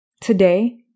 Today